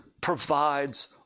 provides